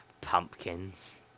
Pumpkins